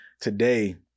Today